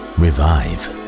revive